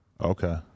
Okay